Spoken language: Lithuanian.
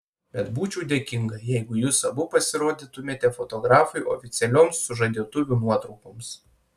bet būčiau dėkinga jeigu jūs abu pasirodytumėte fotografui oficialioms sužadėtuvių nuotraukoms